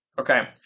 Okay